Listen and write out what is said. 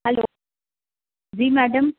hello ji madam